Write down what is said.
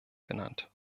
genannt